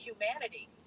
humanity